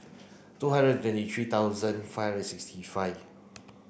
two hundred twenty three thousand five hundred sixty five